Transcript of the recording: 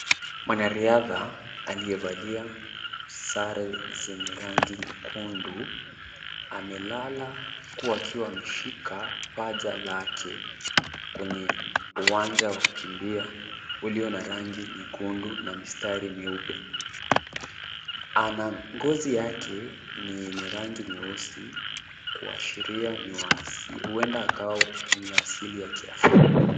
Mwanariadha aliyevalia sare zenye rangi nyekundu, amelala huku akiwa ameshika paja lake kwenye uwanja wa kukimbia uliyo na rangi nyekundu na mistari meupe. Ngozi yake ni yenye rangi nyeusi kuashiria huenda akawa wenye asili ya kiafrika.